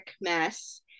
mess